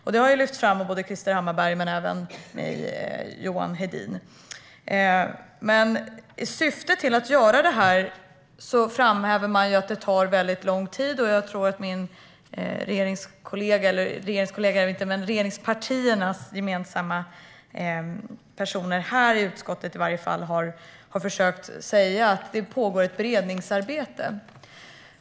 Detta har lyfts fram av både Krister Hammarbergh och Johan Hedin. I syfte att göra detta framhäver man att det tar väldigt lång tid, och jag tror att regeringspartiernas ledamöter här i utskottet i varje fall har försökt säga att det pågår ett beredningsarbete.